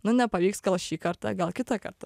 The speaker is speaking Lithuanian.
nu nepavyks gal šįkartą gal kitą kartą